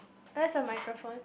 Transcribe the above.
where's your microphone